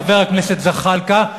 חבר הכנסת זחאלקה,